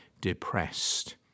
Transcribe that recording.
depressed